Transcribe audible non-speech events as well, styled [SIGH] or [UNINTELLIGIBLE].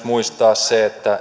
[UNINTELLIGIBLE] muistaa myös se